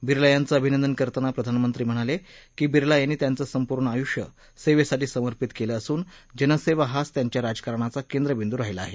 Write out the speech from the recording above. बिर्ला यांचं अभिनंदन करताना प्रधानमंत्री म्हणाले की बिर्ला यांनी त्यांचं संपूर्ण आयुष्य सेवेसाठी समर्पित केलं असून जनसेवा हाच त्यांच्या राजकारणाचा केंद्रबिंदू राहिला आहे